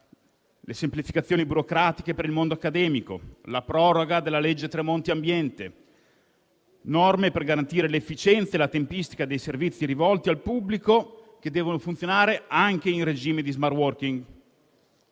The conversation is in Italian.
le semplificazioni burocratiche per il mondo accademico; la proroga della legge Tremonti ambiente; norme per garantire l'efficienza e la tempistica dei servizi rivolti al pubblico che devono funzionare anche in regime di *smart working*.